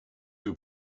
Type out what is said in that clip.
who